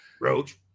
Roach